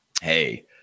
hey